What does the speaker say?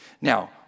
Now